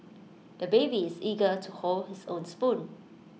the baby is eager to hold his own spoon